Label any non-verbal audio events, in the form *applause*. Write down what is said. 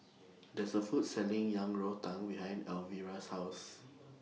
There's A Food Selling Yang Rou Tang behind Alvira's House *noise*